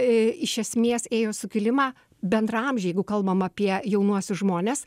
i iš esmės ėjo sukilimą bendraamžiai jeigu kalbam apie jaunuosius žmones